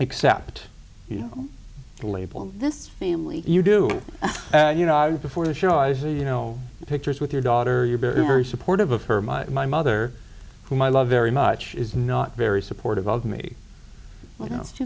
accept you know the label in this family you do you know i was before the show i say you know pictures with your daughter you're very very supportive of her my my mother whom i love very much is not very supportive of me you know